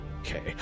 Okay